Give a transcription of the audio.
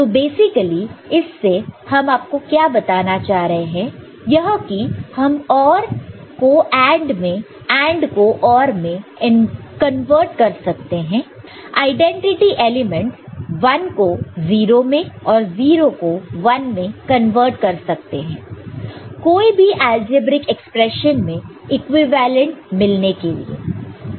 तो बेसिकली इससे हम आपको क्या बताना चाह रहे हैं यह की हम OR को AND में AND को OR में कन्वर्ट कर सकते हैं आईडेंटिटी एलिमेंटस 1 को 0 में और 0 को 1 में कन्वर्ट कर सकते हैं कोई भी अलजेब्रिक एक्सप्रेशन में इक्विवेलेंट मिलने के लिए